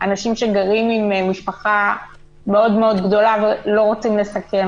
אנשים שגרים עם משפחה מאוד גדולה ולא רוצים לסכן